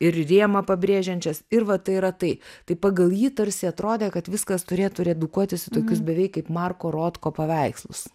ir rėmą pabrėžiančias ir va tai yra tai tai pagal jį tarsi atrodė kad viskas turėtų redukuotis į tokius beveik kaip marko rotko paveikslus